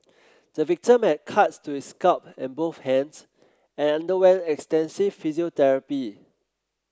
the victim had cuts to his scalp and both hands and underwent extensive physiotherapy